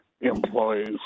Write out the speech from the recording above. employees